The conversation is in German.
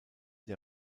der